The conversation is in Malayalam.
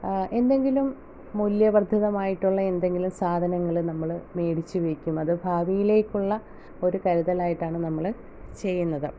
എന്തെങ്കിലും മൂല്യ വർദ്ധിതമായിട്ടുള്ള എന്തെങ്കിലും സാധനങ്ങൾ നമ്മൾ മേടിച്ച് വെയ്ക്കും അത് ഭാവിയിലേക്കുള്ള ഒരു കരുതലായിട്ടാണ് നമ്മൾ ചെയ്യുന്നത്